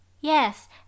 Yes